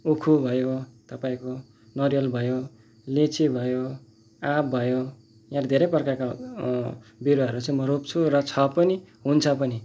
उखु भयो तपाईँको नरिवल भयो लिची भयो आँप भयो यहाँ धेरै प्रकारको बिरुवाहरू चाहिँ म रोप्छु र छ पनि हुन्छ पनि